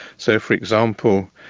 so, for example,